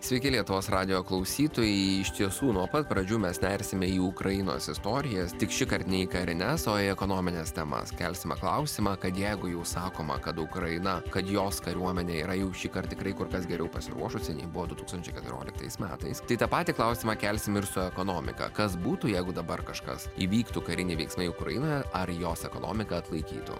sveiki lietuvos radijo klausytojai iš tiesų nuo pat pradžių mes nersime į ukrainos istoriją tik šįkart ne į karines o į ekonomines temas kelsime klausimą kad jeigu jau sakoma kad ukraina kad jos kariuomenė yra jau šįkart tikrai kur kas geriau pasiruošusi nei buvo du tūkstančiai keturioliktais metais kai tą patį klausimą kelsim ir su ekonomika kas būtų jeigu dabar kažkas įvyktų kariniai veiksmai ukrainoje ar jos ekonomika atlaikytų